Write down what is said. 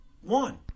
one